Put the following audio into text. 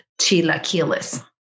chilaquiles